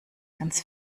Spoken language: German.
ganz